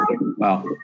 Wow